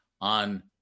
on